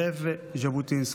זהו הנוער!" זאב ז'בוטינסקי.